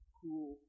cool